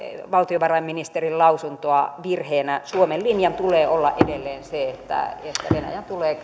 valtiovarainministerin lausuntoa virheenä suomen linjan tulee olla edelleen se että venäjän tulee